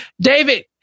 David